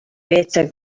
better